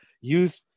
youth